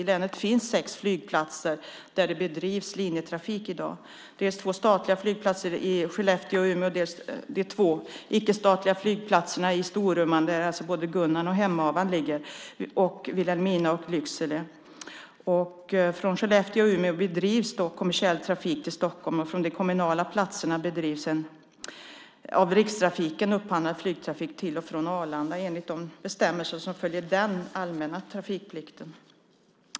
I länet finns sex flygplatser där det bedrivs linjetrafik i dag, dels två statliga flygplatser, i Skellefteå och Umeå, dels de två icke-statliga flygplatserna i Storuman, där alltså både Gunnarn och Hemavan ligger. Därtill finns flygplatser i Vilhelmina och Lycksele. Från Skellefteå och Umeå bedrivs kommersiell trafik till Stockholm, och från de kommunala platserna bedrivs en av Rikstrafiken upphandlad flygtrafik till och från Arlanda enligt de bestämmelser som följer den allmänna trafikplikten.